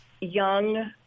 young